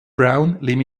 brown